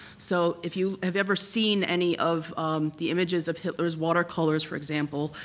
so if you have ever seen any of the images of hitler's watercolors, for example,